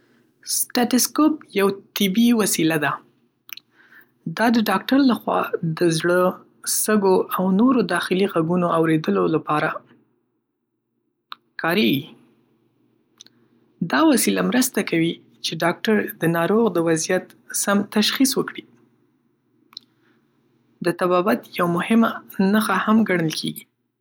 سټیتوسکوپ یو طبي وسیله ده. دا د ډاکټر لخوا د زړه، سږو او نورو داخلي غږونو اورېدلو لپاره کارېږي. دا وسیله مرسته کوي چې ډاکټر د ناروغ د وضعیت سم تشخیص وکړي. د طبابت یوه مهمه نښه هم ګڼل کېږي.